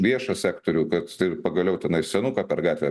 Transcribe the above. viešą sektorių kad ir pagaliau tenai senuką per gatvę